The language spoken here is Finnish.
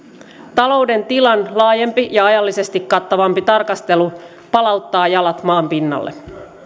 talouden tilan laajempi ja ajallisesti kattavampi tarkastelu palauttaa jalat maan pinnalle